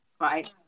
right